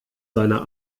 seiner